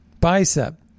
bicep